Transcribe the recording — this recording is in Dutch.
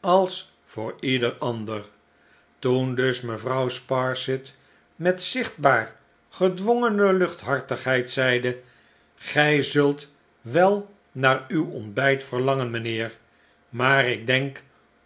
als voor ieder ander toen dus mevrouw sparsit met zichtbaar gedwongene luchthartigheid zeide gij zult wel naar uw ontbijt verlangen mijnheer maar ik denk